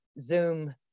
Zoom